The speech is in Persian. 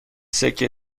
سکه